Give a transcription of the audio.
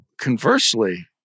conversely